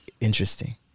interesting